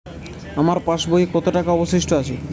আমার পাশ বইয়ে কতো টাকা অবশিষ্ট আছে?